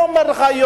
אני אומר לך,